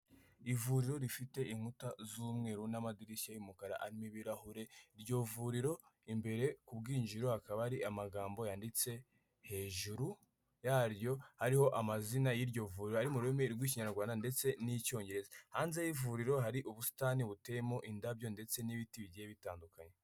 Ivuriro rifite inkuta z'umweru n'amadirishya y'umukara arimo ibirahure, iryo vuriro imbere ku bwinjiriro hakaba hari amagambo yanditse hejuru yaryo ariho amazina y'iryo vuriro ari mu rurimi rw'ikinyarwanda ndetse n'icyongereza, hanze y'ivuriro hari ubusitani buteyemo indabyo ndetse n'ibiti bigiye bitandukanye.